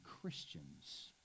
Christians